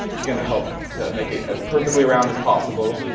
it's going to help to make it as perfectly around as possible,